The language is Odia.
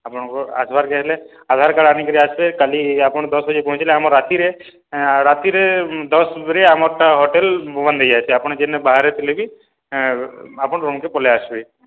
ଆପଣଙ୍କର୍ ଆସବାର୍କେ ହେଲେ ଆଧାର୍ କାର୍ଡ଼୍ ଆନିକିରି ଆସ୍ବେ କାଲି ଆପଣ୍ ଦଶ୍ ବଜେ ପହଞ୍ଚିଲେ ଆମର୍ ରାତିରେ ରାତିରେ ଦଶ୍ରେ ଆମର୍ଟା ହୋଟେଲ୍ ବନ୍ଦ୍ ହେଇଯାଏସି ଆପଣ୍ ଯେନେ ବାହାରେ ଥିଲେ ବି ଆପଣ୍ ରୁମ୍କେ ପଲେଇଆସ୍ବେ